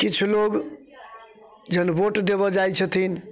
किछु लोग जहन भोट देबऽ जाइत छथिन